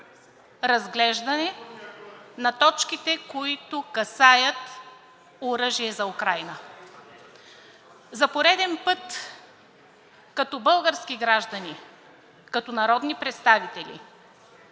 Разглеждане на точките, които касаят оръжие за Украйна! За пореден път като български граждани, като народни представители,